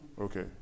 Okay